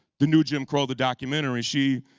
the new jim crow the documentary. she,